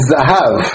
Zahav